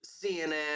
CNN